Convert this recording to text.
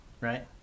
Right